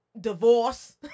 divorce